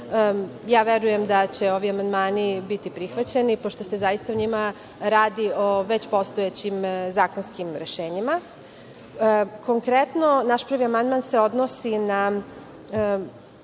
Verujem da će ovi amandmani biti prihvaćeni, pošto se zaista u njima radi o već postojećim zakonskim rešenjima. Konkretno, naš prvi amandman se odnosi na